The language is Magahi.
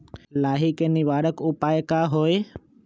लाही के निवारक उपाय का होई?